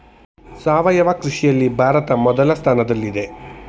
ಸಾವಯವ ಕೃಷಿಯಲ್ಲಿ ಭಾರತ ಮೊದಲ ಸ್ಥಾನದಲ್ಲಿದೆ